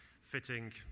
fitting